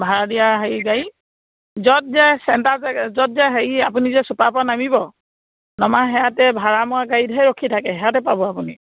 ভাড়া দিয়া হেৰি গাড়ী য'ত যে চেণ্টাৰ যে য'ত যে হেৰি আপুনি যে ছুপাৰৰ পৰা নামিব নমা সেয়াতে ভাড়া মৰা গাড়ী ধেৰ ৰখি থাকে সেয়াতে পাব আপুনি